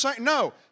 no